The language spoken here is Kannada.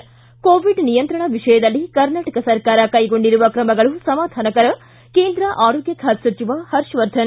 ಿಕೆ ಕೋವಿಡ್ ನಿಯಂತ್ರಣ ವಿಷಯದಲ್ಲಿ ಕರ್ನಾಟಕ ಸರ್ಕಾರ ಕೈಗೊಂಡಿರುವ ಕ್ರಮಗಳು ಸಮಾಧಾನಕರ ಕೇಂದ್ರ ಆರೋಗ್ನ ಖಾತೆ ಸಚಿವ ಹರ್ಷವರ್ಧನ್